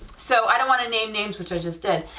so i don't want to name names which i just did.